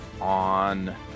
on